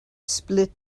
split